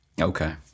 Okay